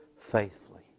faithfully